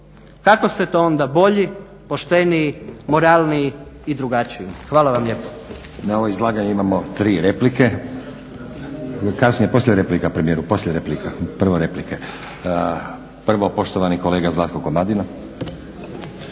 kako ste to onda bolji, pošteniji, moralniji i drugačiji. Hvala vam lijepo.